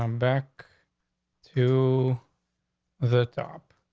um back to the top.